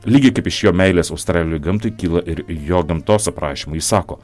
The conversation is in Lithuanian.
lygiai kaip iš jo meilės australijoj gamtai kyla ir jo gamtos aprašymai jis sako